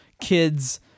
kids